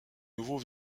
nouveaux